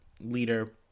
Leader